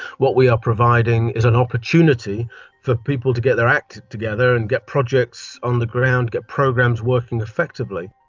what we are providing is an opportunity for people to get their act together and get projects on the ground, get programs working effectively.